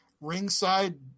ringside